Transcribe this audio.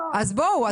אז בואו,